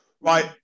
right